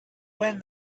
when